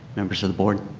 members of the board.